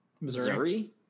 Missouri